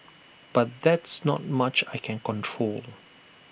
but there's not much I can control